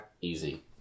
Easy